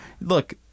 Look